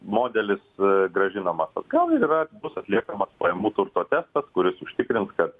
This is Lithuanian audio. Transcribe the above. modelis grąžinamas atgal ir yra bus atliekamas pajamų turto testas kuris užtikrins kad